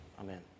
amen